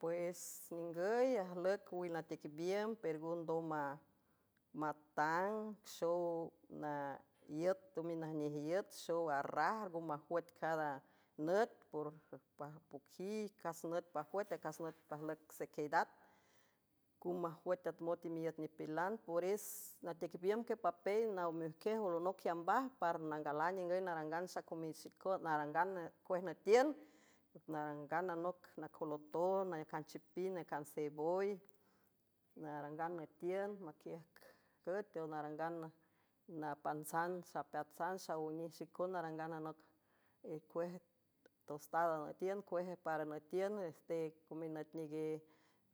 Pues ningüy ajlüc wil nateiquabiümb pergünd ndomamatang xow aiüt tomin najnej iüt xow arrajr ngo majuüet cada nüt prppoqui cas nüt pajuüet acas nüt pajlüc sequieydat nco majuüet at mot imiüt nipilan pores natequebiüm quie papel naw meojquiej olonoc iambaj paranangalan ningüy narangan xacomed arangan cuej nüetiün narangan nanoc nacoloton nayacan chipind necan selvoy narangan nüetiün maquiüjcüet eol narangan napantsan xapeatsan xaonij xicon narangan nanoc ecuej tostada nütiün cueje para nütiün tecominütnige